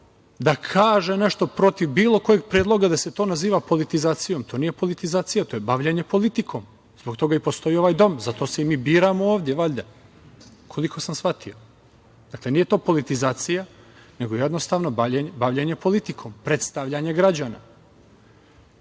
da kaže nešto protiv bilo kog predloga, da se to naziva politizacijom. To nije politizacija, to je bavljenje politikom. Zbog toga i postoji ovaj dom. Zato se i mi biramo ovde, koliko sam shvatio. Dakle, nije to politizacija, nego jednostavno bavljenje politikom, predstavljanje građana. Ne